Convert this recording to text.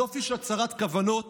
יופי של הצהרת כוונות